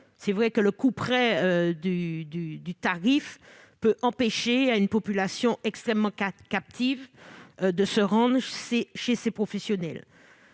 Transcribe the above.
effet, le « couperet » du tarif peut empêcher une population extrêmement captive de se rendre chez ces professionnels.